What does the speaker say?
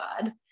God